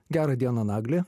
gerą dieną nagli